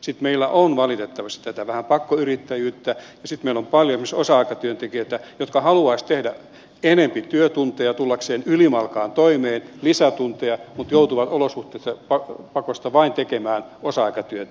sitten meillä on valitettavasti tätä vähän pakkoyrittäjyyttä ja sitten meillä on paljon esimerkiksi osa aikatyöntekijöitä jotka haluaisivat tehdä enemmän työtunteja tullakseen ylimalkaan toimeen lisätunteja mutta joutuvat olosuhteiden pakosta vain tekemään osa aikatyötä